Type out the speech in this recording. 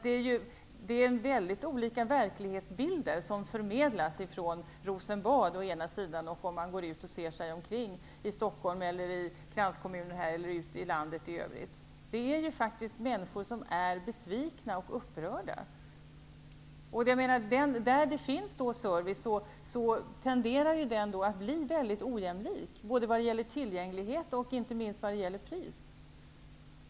Det är alltså mycket olika verklighetsbilder man får från Rosenbad å ena sidan och som man ser när man går omkring i Stockholm, i kranskommunerna eller ute i landet i övrigt, där man ser människor som är besvikna och upprörda. Där det finns service tenderar den att bli väldigt ojämlik vad gäller både tillgänglighet och pris.